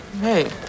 Hey